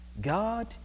God